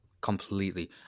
completely